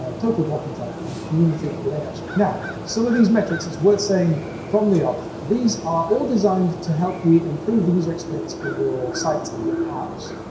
ah total blocking time, and cumulative layout shift. now, some of these metrics it's worth saying from the off these are all designed to help you improve the user experience in your sites and your apps.